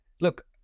look